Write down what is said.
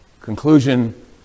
conclusion